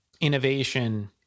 innovation